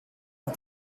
and